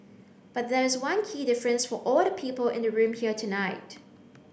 but there is one key difference for all the people in the room here tonight